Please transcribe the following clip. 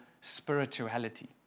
spirituality